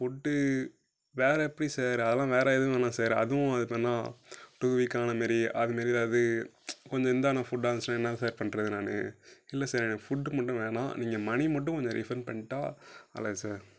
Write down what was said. food வேறு எப்படி sir அதெலாம் வேறு எதுவும் வேணாம் சார் அதுவும் அது பேர்ன்னா டூ வீக்கான மாதிரி அது மாதிரிலாம் எது கொஞ்சம் இதான ஃபுட்டாக இருந்துச்சுனா என்ன சார் பண்ணுறது நான் இல்லை சார் எனக்கு ஃபுட்டு மட்டும் வேணாம் நீங்கள் மணி மட்டும் கொஞ்சம் ரீஃபண்ட் பண்ணிட்டா நல்லது சார்